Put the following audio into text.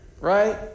right